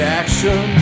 action